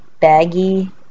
baggy